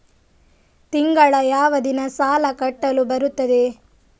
ತಿಂಗಳ ಯಾವ ದಿನ ಸಾಲ ಕಟ್ಟಲು ಬರುತ್ತದೆ?